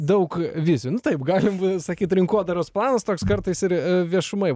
daug vizijų nu taip galim būtų sakyt rinkodaros planas toks kartais ir viešumoj